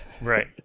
Right